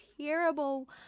terrible